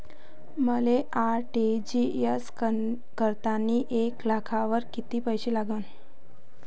मले आर.टी.जी.एस करतांनी एक लाखावर कितीक पैसे लागन?